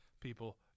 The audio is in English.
people